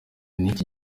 n’iki